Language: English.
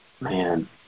man